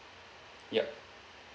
yup